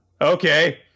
okay